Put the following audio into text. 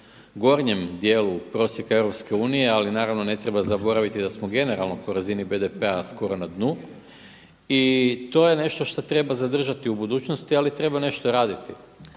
gornjem dijelu prosjeka EU, ali naravno ne treba zaboraviti da smo generalno po razini BDP-a skoro na dnu i to je nešto šta treba zadržati u budućnosti ali treba nešto raditi.